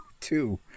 two